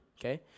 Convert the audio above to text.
Okay